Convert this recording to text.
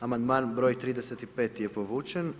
Amandman br. 35. je povučen.